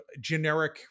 generic